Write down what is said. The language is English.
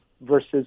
versus